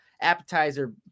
appetizer